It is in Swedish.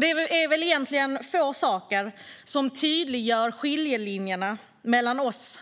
Det är väl egentligen få saker som på ett bättre sätt tydliggör skiljelinjerna mellan oss: